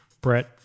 Brett